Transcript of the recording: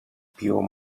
pure